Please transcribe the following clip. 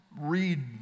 read